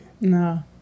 No